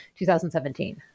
2017